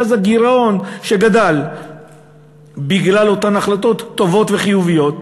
ואז הגירעון שגדל בגלל אותן החלטות טובות וחיוביות,